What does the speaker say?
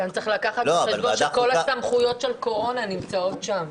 גם צריך לקחת בחשבון שכל סמכויות הקורונה נמצאות שם.